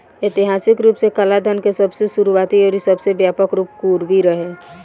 ऐतिहासिक रूप से कालाधान के सबसे शुरुआती अउरी सबसे व्यापक रूप कोरवी रहे